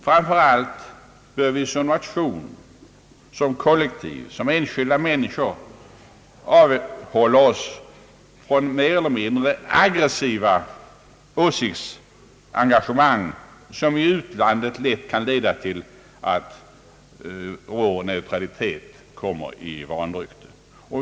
Framför allt bör vi som nation, som kollektiv — och även som enskilda människor — avhålla oss från mer eller mindre aggressiva åsiktsengagemang, som lätt kan leda till att vår neutralitet kommer i vanrykte i utlandet.